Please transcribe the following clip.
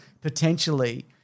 potentially